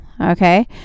okay